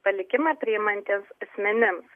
palikimą priimantiems asmenims